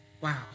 wow